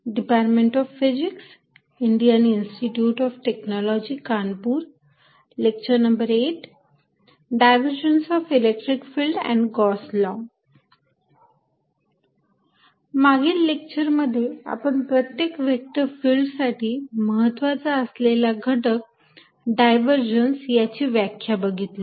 divergence of electric field आणि Gauss law मागील lecture मध्ये आपण प्रत्येक व्हेक्टर फिल्डसाठी महत्त्वाचा असलेला घटक डायव्हर्जन्स याची व्याख्या बघितली